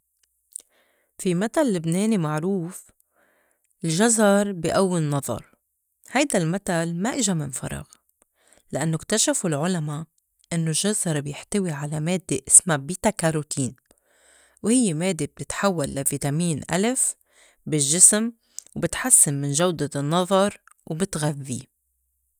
في مَتَل لِبْناني معروف الجّزر بي أوّي النّظر هيدا المتل ما إجا من فراغ، لأنّو اكتشفو العُلما إنّو الجّزر بيحتوي على مادّة إسما بيتاكاروتين وهيّ مادّة بتتحوّل لا فيتامين ألف بالجّسم وبتحسّن من جودة النّظر وبتغذّيه.